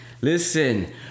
Listen